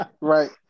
Right